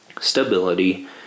stability